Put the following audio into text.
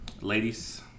ladies